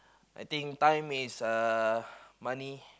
I think time is uh money